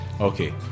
Okay